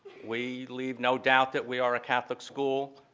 we leave no doubt that we are a catholic school.